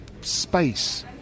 space